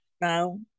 No